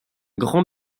grand